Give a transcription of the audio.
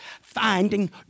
Finding